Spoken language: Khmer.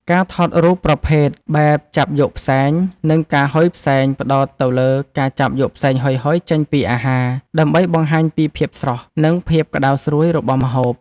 ការថតរូបប្រភេទ បែបចាប់យកផ្សែង និងការហុយផ្សែងផ្ដោតទៅលើការចាប់យកផ្សែងហុយៗចេញពីអាហារ ដើម្បីបង្ហាញពីភាពស្រស់ និងភាពក្ដៅស្រួយរបស់ម្ហូប។